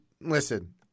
listen